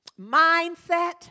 mindset